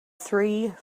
three